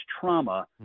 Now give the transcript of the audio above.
trauma